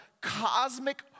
cosmic